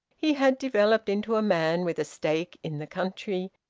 he had developed into a man with a stake in the country,